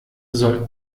soll